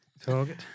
Target